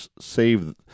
save